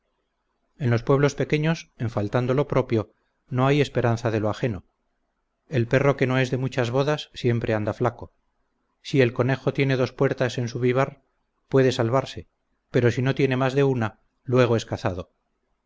en los pueblos pequeños en faltando lo propio no hay esperanza de lo ajeno el perro que no es de muchas bodas siempre anda flaco si el conejo tiene dos puertas en su vivar puede salvarse pero si no tiene más de una luego es cazado